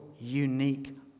unique